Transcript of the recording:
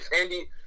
Andy